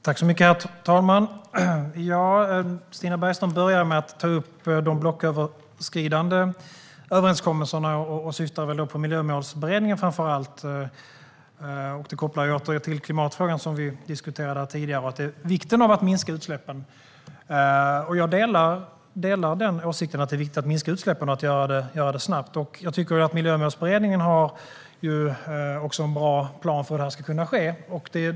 Herr talman! Stina Bergström börjar med att ta upp de blocköverskridande överenskommelserna och syftar väl då framför allt på Miljömålsberedningen. Det är kopplat till klimatfrågan och vikten av att minska utsläppen. Jag delar åsikten att det är viktigt att minska utsläppen och att göra det snabbt. Jag tycker att Miljömålsberedningen också har en bra plan för hur detta ska kunna ske.